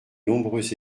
nombreux